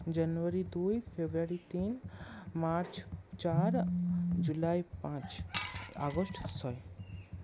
জানুয়ারি দুই ফেব্রুয়ারি তিন মার্চ চার জুলাই পাঁচ আগস্ট ছয়